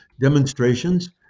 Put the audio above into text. demonstrations